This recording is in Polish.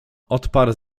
odparł